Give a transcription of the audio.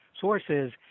sources